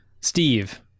steve